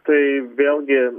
tai vėlgi